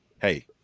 hey